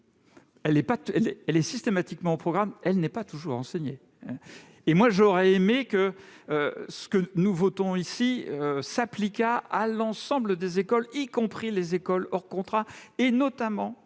est systématiquement au programme, elle n'est pas toujours enseignée. J'aurais souhaité que ce que nous nous apprêtons à voter s'appliquât à l'ensemble des écoles, y compris les écoles hors contrat, notamment